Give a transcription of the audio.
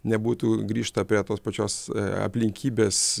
nebūtų grįžta prie tos pačios aplinkybės